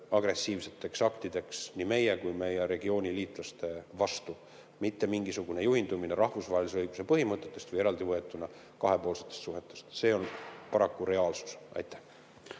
agressiivseteks aktideks nii meie kui ka meie regiooni liitlaste vastu, mitte mingisugune juhindumine rahvusvahelise õiguse põhimõtetest või eraldi võetuna kahepoolsetest suhetest. See on paraku reaalsus. Ja